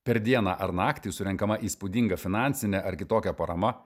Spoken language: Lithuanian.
per dieną ar naktį surenkama įspūdinga finansine ar kitokia parama